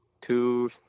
two